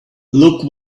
look